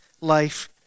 life